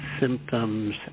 symptoms